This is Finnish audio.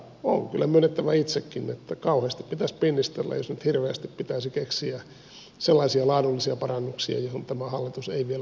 on kyllä myönnettävä itsekin että kauheasti pitäisi pinnistellä jos nyt hirveästi pitäisi keksiä sellaisia laadullisia parannuksia joihin tämä hallitus ei vielä olisi puuttunut